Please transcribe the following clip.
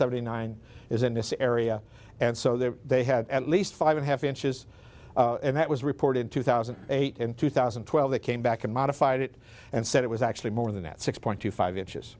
seventy nine is in this area and so that they had at least five and a half inches and that was reported two thousand and eight and two thousand and twelve they came back in modified it and said it was actually more than that six point two five inches